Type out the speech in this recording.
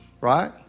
right